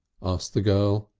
asked the girl.